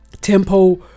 tempo